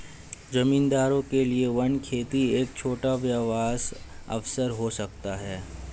जमींदारों के लिए वन खेती एक छोटा व्यवसाय अवसर हो सकता है